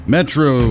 Metro